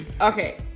Okay